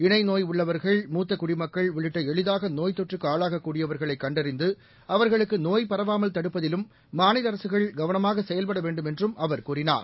இணைநோய் உள்ளவர்கள் மூத்தகுடிமக்கள் உள்ளிட்டளளிதாகநோய்த் தொற்றுக்குஆளாகக் க்படியவர்களைகண்டறிந்துஅவர்களுக்குநோய் பரவாமல் தடுப்பதிலும் மாநிலஅரசுகள் கவனமாகசெயல்படவேண்டும் என்றும் அவர் கூறினார்